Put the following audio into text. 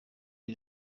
iri